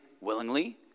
willingly